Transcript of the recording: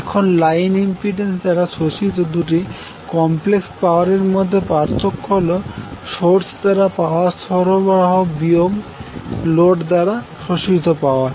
এখন line impedance দ্বারা শোষিত দুটি কমপ্লেক্স পাওয়ার এর মধ্যে পার্থক্য হল সোর্স দ্বারা পাওয়ার সরবরাহ বিয়োগ লোড দ্বারা শোষিত পাওয়ার